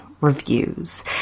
reviews